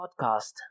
Podcast